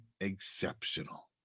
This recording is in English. exceptional